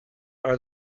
are